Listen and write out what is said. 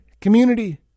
community